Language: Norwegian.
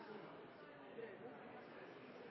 å